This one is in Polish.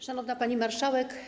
Szanowna Pani Marszałek!